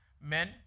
Men